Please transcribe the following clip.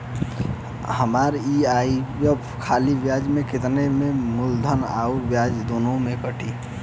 हमार ई.एम.आई खाली ब्याज में कती की मूलधन अउर ब्याज दोनों में से कटी?